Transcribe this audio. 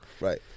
Right